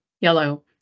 yellow